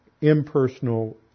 impersonal